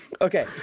Okay